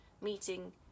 meeting